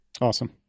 Awesome